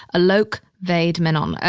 alok vaid-menon.